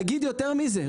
אני אגיד יותר מזה,